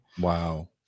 Wow